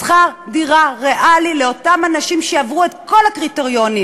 שכר דירה ריאלי לאותם אנשים שעברו את כל הקריטריונים